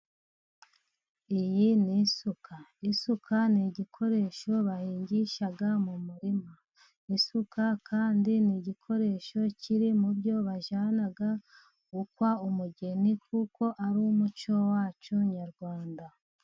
Iyi ni isuka. Isuka ni igikoresho bahingisha mu murima. Isuka kandi ni igikoresho kiri mu byo bajyana gukwa umugeni, kuko ari umuco wacu nyarwanda.